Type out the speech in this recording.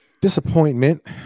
disappointment